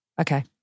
Okay